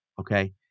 okay